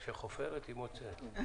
כשנעמה חופרת היא מוצאת.